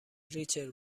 ریچل